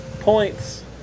points